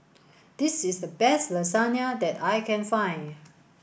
this is the best Lasagna that I can find